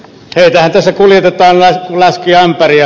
niitähän tässä kuljetetaan kuin laskiämpäriä